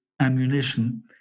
ammunition